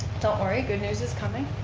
don't worry, good news is coming.